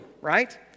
Right